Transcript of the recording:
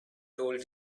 told